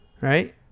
right